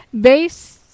base